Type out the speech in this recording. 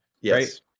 Yes